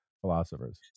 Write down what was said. philosophers